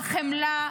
החמלה,